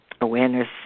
awareness